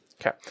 Okay